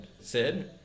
Sid